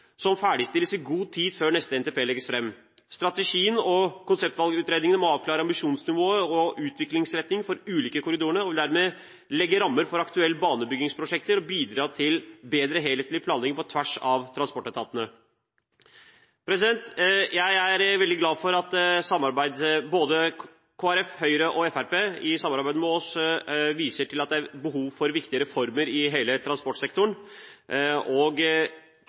som ferdigstilles i god tid før neste NTP legges fram. Strategien og konseptvalgutredningene må avklare ambisjonsnivå og utviklingsretning for de ulike korridorene og dermed legge rammer for aktuelle banebyggingsprosjekter og bidra til bedre helhetlig planlegging på tvers av transportetatene. Jeg er veldig glad for at både Kristelig Folkeparti, Høyre og Fremskrittspartiet i samarbeid med oss viser til at det er behov for viktige reformer i hele transportsektoren.